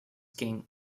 king